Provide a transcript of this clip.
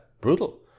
brutal